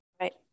Right